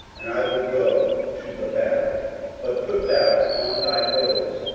and i will go to the battle but put thou on thy robes.